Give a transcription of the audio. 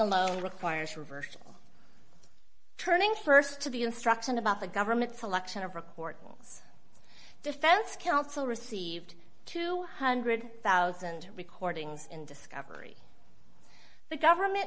alone requires reversion turning st to the instruction about the government selection of recordings defense counsel received two hundred thousand recordings in discovery the government